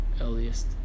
earliest